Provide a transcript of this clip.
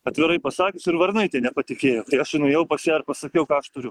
atvirai pasakius ir varnaitė nepatikėjo kai aš nuėjau pas ją ir pasakiau ką aš turiu